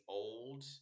old